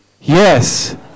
Yes